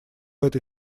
этой